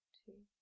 two